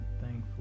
thankful